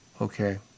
okay